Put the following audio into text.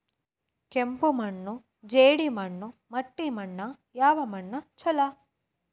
ಕೆಂಪು ಮಣ್ಣು, ಜೇಡಿ ಮಣ್ಣು, ಮಟ್ಟಿ ಮಣ್ಣ ಯಾವ ಮಣ್ಣ ಛಲೋ?